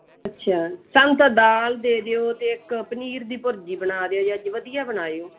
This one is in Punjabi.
ਅੱਛਾ ਸਾਨੂੰ ਤਾਂ ਦਾਲ ਦੇ ਦਿਓ ਅਤੇ ਇੱਕ ਪਨੀਰ ਦੀ ਭੁਰਜੀ ਬਣਾ ਦਿਓ ਜੀ ਅੱਜ ਵਧੀਆ ਬਣਾਇਓ